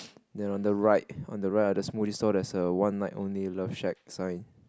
ya on the right on the right the smoothie saw the there's a one night only love shack sight